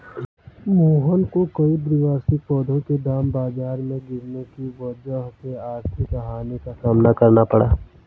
मोहन को कई द्विवार्षिक पौधों के दाम बाजार में गिरने की वजह से आर्थिक हानि का सामना करना पड़ा